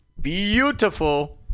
beautiful